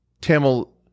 Tamil